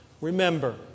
Remember